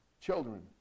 children